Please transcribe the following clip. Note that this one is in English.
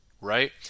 right